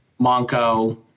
Monco